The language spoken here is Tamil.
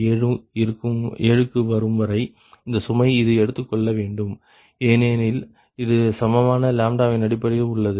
7 க்கு வரும்வரை இந்த சுமையை இது எடுத்துக்கொள்ள வேண்டும் ஏனெனில் இது சமமான வின் அடிப்படையில் உள்ளது